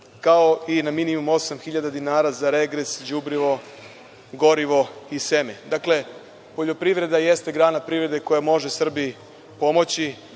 kao i na minimum 8.000 za regres, đubrivo, gorivo i seme. Dakle, poljoprivreda jeste grana privrede koja može Srbiji pomoći,